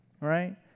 right